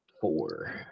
Four